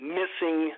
missing